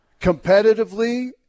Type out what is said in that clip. competitively